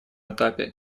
этапе